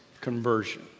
conversion